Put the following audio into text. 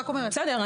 בסדר.